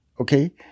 okay